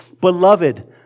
Beloved